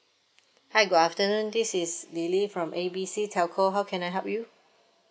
hi good afternoon this is lily from A B C telco how can I help you